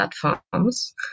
platforms